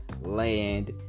land